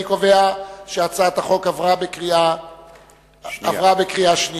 אני קובע שהצעת החוק עברה בקריאה שנייה.